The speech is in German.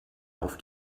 auf